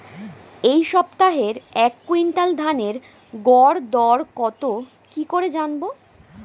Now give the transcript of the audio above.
এই সপ্তাহের এক কুইন্টাল ধানের গর দর কত কি করে জানবো?